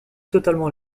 totalement